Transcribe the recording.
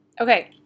okay